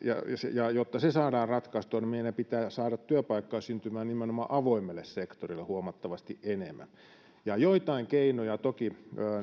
ja jotta se saadaan ratkaistua meidän pitää saada työpaikkoja syntymään nimenomaan avoimelle sektorille huomattavasti enemmän joitain keinoja toki